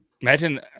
Imagine